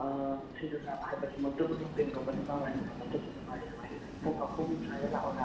ꯁꯤꯡꯖꯨ ꯆꯥꯕ ꯍꯥꯏꯕ ꯁꯤꯃꯛꯇꯕꯨ ꯅꯨꯡꯙꯤꯜꯒꯨꯝꯕ ꯅꯨꯡꯗꯥꯡꯋꯥꯏꯔꯝꯒꯨꯝꯕ ꯅꯠꯇ꯭ꯔꯗꯤ ꯅꯨꯡꯉꯥꯏꯔꯣꯏ ꯑꯗꯨꯅ ꯄꯨꯡ ꯑꯍꯨꯝ ꯁ꯭ꯋꯥꯏꯗ ꯂꯥꯛꯑꯣꯔꯥ